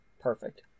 Perfect